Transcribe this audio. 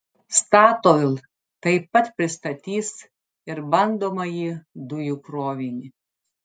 statoil taip pat pristatys ir bandomąjį dujų krovinį